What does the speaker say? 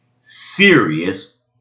serious